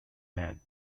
man